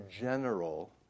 general